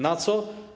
Na co?